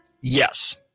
Yes